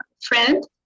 friend